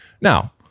Now